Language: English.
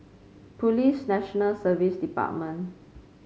Police National Service Department